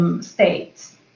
States